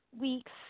weeks